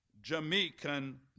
Jamaican